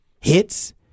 hits